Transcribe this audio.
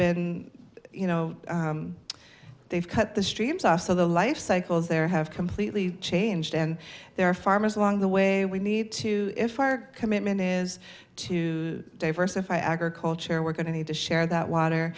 been you know they've cut the streams off so the life cycles there have completely changed and there are farmers along the way we need to if our commitment is to diversify agriculture we're going to need to share that water